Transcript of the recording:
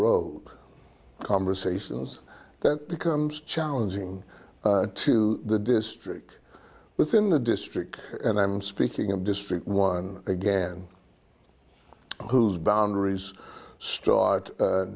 ie conversations that becomes challenging to the district within the district and i'm speaking of district one again whose boundaries stra